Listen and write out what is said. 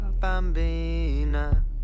Bambina